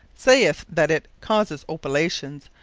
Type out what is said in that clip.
saith that it causeth opilations,